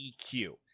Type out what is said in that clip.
EQ